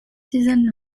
suzanne